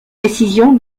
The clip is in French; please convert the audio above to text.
décision